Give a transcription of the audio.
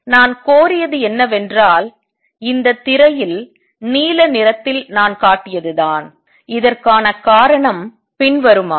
நான் கோரியது என்னவென்றால் இந்த திரையில் நீல நிறத்தில் நான் காட்டியது தான் இதற்கான காரணம் பின்வருமாறு